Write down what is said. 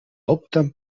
opten